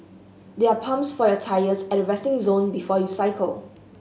there are pumps for your tyres at the resting zone before you cycle